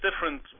different